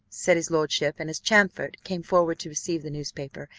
said his lordship and as champfort came forward to receive the newspaper,